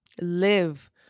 live